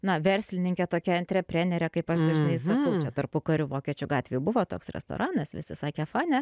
na verslininkė tokia antreprenerė kaip aš dažnai sakau čia tarpukariu vokiečių gatvėj buvo toks restoranas visi sakė fone